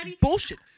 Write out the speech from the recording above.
bullshit